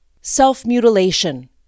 self-mutilation